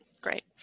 great